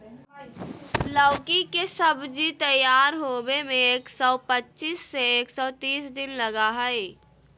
लौकी के सब्जी तैयार होबे में एक सौ पचीस से एक सौ तीस दिन लगा हइ